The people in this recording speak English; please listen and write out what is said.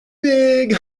big